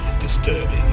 disturbing